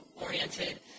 oriented